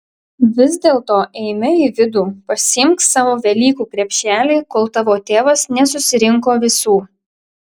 vis dėlto eime į vidų pasiimk savo velykų krepšelį kol tavo tėvas nesusirinko visų